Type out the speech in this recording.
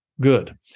good